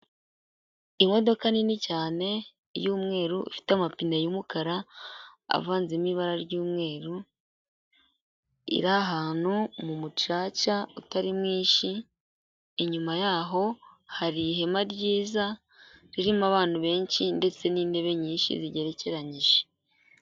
Imodoka nini cyane y'umweru ifite amapine y'umukara avanzemo ibara ry'umweru, iri ahantu mu mucaca utari mwinshi, inyuma yaho hari ihema ryiza ririmo abantu benshi ndetse n'intebe nyinshi zigerekeranyije.